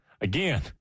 Again